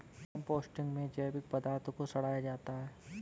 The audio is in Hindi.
कम्पोस्टिंग में जैविक पदार्थ को सड़ाया जाता है